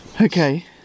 Okay